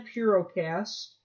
Purocast